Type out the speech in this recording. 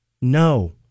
No